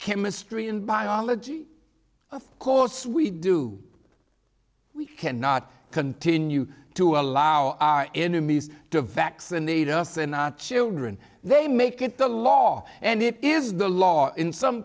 chemistry and biology of course we do we cannot continue to allow our enemies to vaccinate us and our children they make it the law and it is the law in some